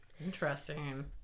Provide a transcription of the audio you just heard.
Interesting